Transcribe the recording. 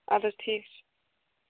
اَدٕ حظ ٹھیٖک چھِ